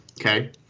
okay